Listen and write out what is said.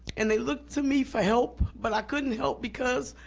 and they looked to me for help but i couldn't help because